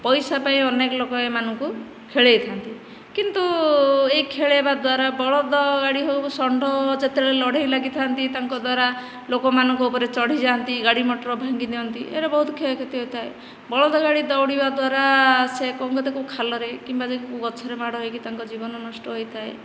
ପଇସା ପାଇଁ ଅନେକ ଲୋକ ଏମାନଙ୍କୁ ଖେଳେଇ ଥାଆନ୍ତି କିନ୍ତୁ ଏଇ ଖେଳେଇବା ଦ୍ଵାରା ବଳଦ ଗାଡ଼ି ହେଉକି ଷଣ୍ଢ ଯେତେବେଳେ ଲଢ଼େଇ ଲାଗିଥାନ୍ତି ତାଙ୍କ ଦ୍ଵାରା ଲୋକମାନଙ୍କ ଉପରେ ଚଢ଼ି ଯାଆନ୍ତି ଗାଡ଼ିମଟର ଭାଙ୍ଗି ଦିଅନ୍ତି ଏଗୁଡ଼ାକ ବହୁତ କ୍ଷୟକ୍ଷତି ହୋଇଥାଏ ବଳଦ ଗାଡ଼ି ଦୌଡ଼ିବା ଦ୍ଵାରା ସେ କେଉଁ ଖାଲରେ କିମ୍ବା ଗଛରେ ମାଡ଼ ହେଇକି ତାଙ୍କ ଜୀବନ ନଷ୍ଟ ହେଇଥାଏ